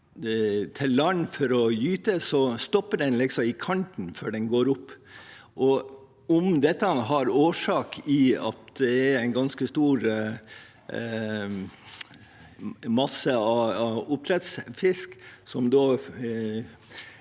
til land for å gyte, stopper den liksom i kanten før den går opp. Om dette har årsak i at det er en ganske stor masse av oppdrettsfisk som